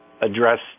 address